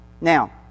Now